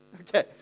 Okay